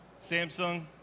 Samsung